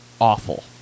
awful